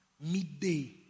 midday